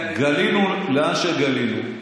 גלינו לאן שגלינו,